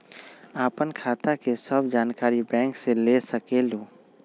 आपन खाता के सब जानकारी बैंक से ले सकेलु?